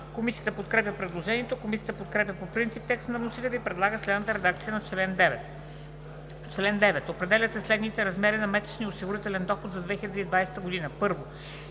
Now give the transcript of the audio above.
Комисията подкрепя предложението. Комисията подкрепя по принцип текста на вносителя и предлага следната редакция на чл. 9: „Чл. 9. Определят се следните размери на месечния осигурителен доход за 2020 г.: 1.